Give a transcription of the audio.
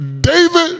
David